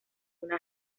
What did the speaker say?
una